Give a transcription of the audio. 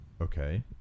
okay